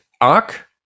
ARC